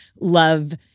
love